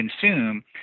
consume